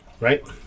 right